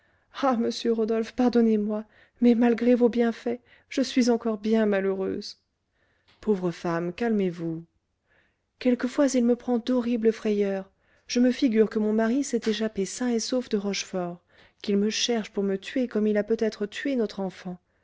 ah monsieur rodolphe pardonnez-moi mais malgré vos bienfaits je suis encore bien malheureuse pauvre femme calmez-vous quelquefois il me prend d'horribles frayeurs je me figure que mon mari s'est échappé sain et sauf de rochefort qu'il me cherche pour me tuer comme il a peut-être tué notre enfant